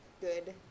good